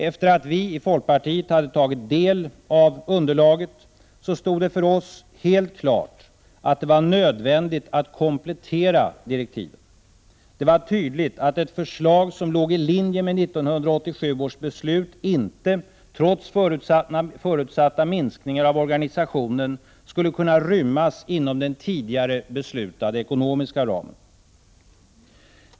Efter det att vi i folkpartiet hade tagit del av underlaget stod det för oss helt klart att det var nödvändigt att komplettera direktiven. Det var tydligt att ett förslag som låg i linje med 1987 års beslut inte, trots förutsatta minskningar av organisationen, skulle kunna rymmas inom den tidigare beslutade ekonomiska ramen.